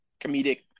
comedic